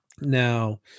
Now